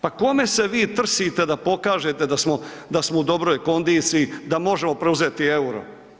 Pa kome se vi trsite da pokažete da smo u dobroj kondiciji, da možemo preuzeti euro?